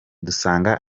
dusanga